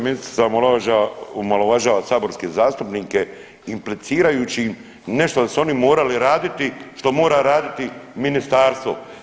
Ministrica omalovažava saborske zastupnike implicirajući im nešto da su oni morali raditi što mora raditi ministarstvo.